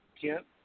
Kent